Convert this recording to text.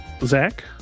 Zach